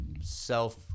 self